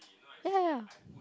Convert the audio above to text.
ya ya ya